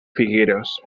figueres